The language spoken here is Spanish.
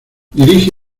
dirige